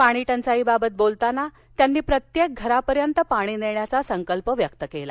पाणी टंचाईबाबत बोलताना त्यांनी प्रत्येक घरापर्यंत पाणी नेण्याचा संकल्प व्यक्त केला